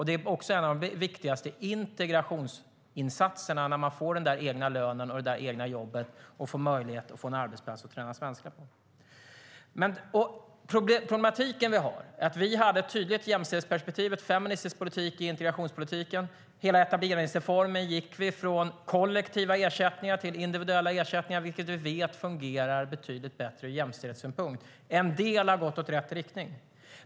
Det är också en av de viktigaste integrationsinsatserna när man får den egna lönen och det egna jobbet och får möjlighet att träna svenska på en arbetsplats. Vi hade ett tydligt jämställdhetsperspektiv och ett feministiskt perspektiv i integrationspolitiken. Genom etableringsreformen gick vi från kollektiva ersättningar till individuella ersättningar, vilket vi vet fungerar betydligt bättre ur jämställdhetssynpunkt. En del har gått i rätt riktning.